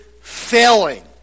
failing